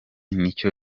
nicyo